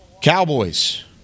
Cowboys